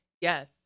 Yes